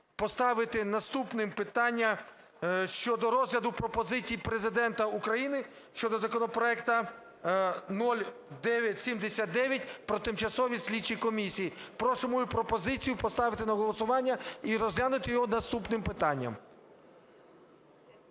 поставити наступним питання щодо розгляду пропозицій Президента України щодо законопроекту 0979 про тимчасові слідчі комісії. Прошу мою пропозицію поставити на голосування і розглянути його наступним питанням.